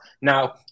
Now